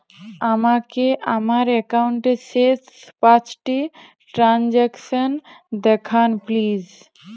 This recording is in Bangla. আমাকে আমার একাউন্টের শেষ পাঁচটি ট্রানজ্যাকসন দেখান প্লিজ